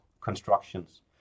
constructions